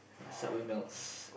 Subway melts